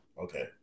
Okay